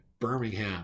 Birmingham